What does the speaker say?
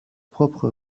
propre